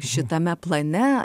šitame plane